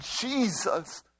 Jesus